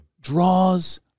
draws